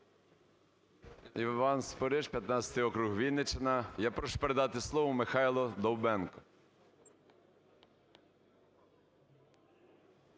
Іван Спориш, 15-й округ, Вінниччина. Я прошу передати слово Михайлу Довбенку.